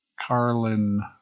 Carlin